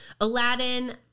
Aladdin